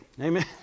Amen